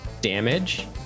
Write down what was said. damage